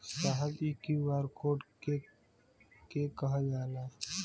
साहब इ QR code के के कहल जाला?